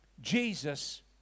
Jesus